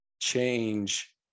change